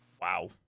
Wow